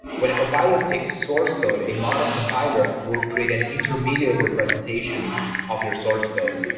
when a compiler takes source code, a modern compiler will create an intermediate representation of your source code,